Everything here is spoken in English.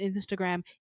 instagram